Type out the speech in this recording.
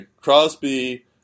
Crosby